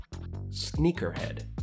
sneakerhead